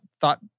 thought